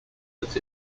that